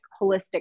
holistic